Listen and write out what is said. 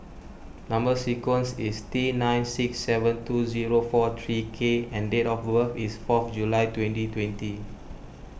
Number Sequence is T nine six seven two zero four three K and date of birth is fourth July twenty twenty